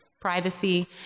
privacy